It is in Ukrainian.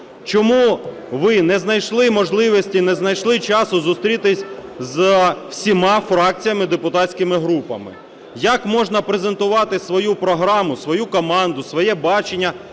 Чому ви не знайшли можливості і не знайшли часу зустрітися з усіма фракціями і депутатськими групами? Як можна презентувати свою програму, свою команду, своє бачення